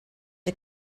are